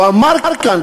הוא אמר כאן,